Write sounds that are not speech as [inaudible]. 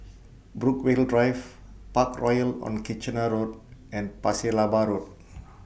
Brookvale Drive Parkroyal on Kitchener Road and Pasir Laba Road [noise]